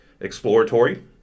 exploratory